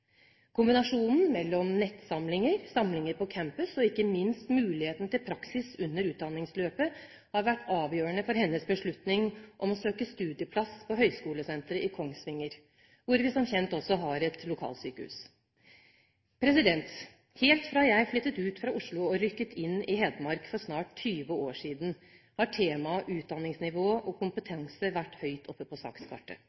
Kombinasjonen mellom nettsamlinger, samlinger på campus og ikke minst muligheten til praksis under utdanningsløpet har vært avgjørende for hennes beslutning om å søke studieplass på Høgskolesenteret i Kongsvinger, hvor vi som kjent også har et lokalsykehus. Helt fra jeg flyttet ut av Oslo og rykket inn i Hedmark for snart 20 år siden, har temaet utdanningsnivå og